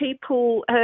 people